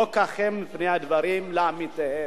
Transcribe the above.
לא כך הם הדברים לאמיתם.